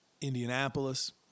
Indianapolis